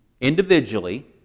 individually